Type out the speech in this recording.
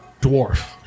dwarf